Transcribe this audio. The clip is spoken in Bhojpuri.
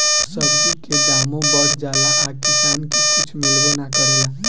सब्जी के दामो बढ़ जाला आ किसान के कुछ मिलबो ना करेला